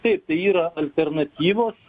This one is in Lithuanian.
taip tai yra alternatyvos